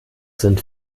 sind